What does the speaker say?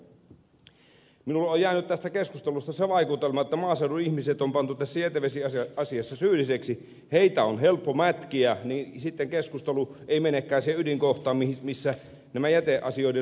minulle on jäänyt tästä keskustelusta se vaikutelma että kun maaseudun ihmiset on pantu tässä jätevesiasiassa syyllisiksi heitä on helppo mätkiä niin sitten keskustelu ei menekään siihen ydinkohtaan missä nämä jäteasioiden suurimmat ongelmat ovat